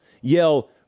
yell